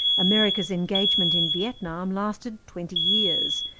america's engagement in vietnam lasted twenty years.